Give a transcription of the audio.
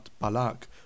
Balak